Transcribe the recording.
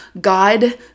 God